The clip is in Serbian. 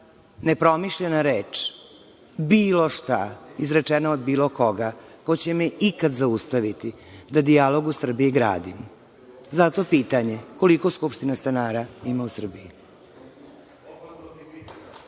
nepromišljena reč, bilo šta izrečeno od bilo koga ko će me ikad zaustaviti da dijalog u Srbiji gradim. Zato pitam – koliko skupština stanara ima u Srbiji?